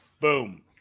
Boom